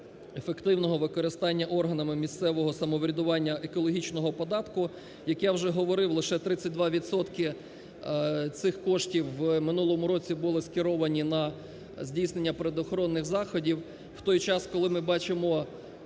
ефективного використання органами місцевого самоврядування екологічного податку. Як я вже говорив, лише 32 відсотки цих коштів в минулому році були скеровані на здійснення природоохоронних заходів. В той час, коли ми бачимо страшні ганебні